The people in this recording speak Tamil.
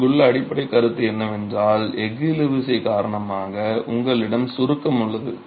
இங்குள்ள அடிப்படைக் கருத்து என்னவென்றால் எஃகு இழுவிசை காரணமாக உங்களிடம் சுருக்கம் உள்ளது